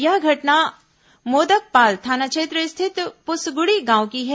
यह घटना मोदकपाल थाना क्षेत्र स्थित प्सगुड़ी गांव की है